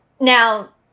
Now